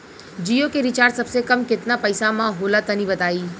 जियो के रिचार्ज सबसे कम केतना पईसा म होला तनि बताई?